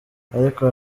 ariko